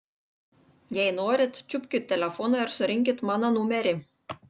jei norit čiupkit telefoną ir surinkit mano numerį